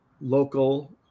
local